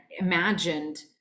imagined